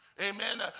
Amen